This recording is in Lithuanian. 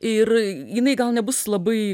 ir jinai gal nebus labai